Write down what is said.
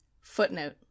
Footnote